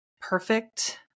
perfect